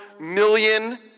million